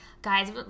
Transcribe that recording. Guys